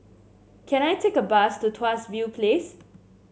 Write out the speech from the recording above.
can I take a bus to Tuas View Place